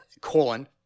Colon